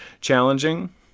challenging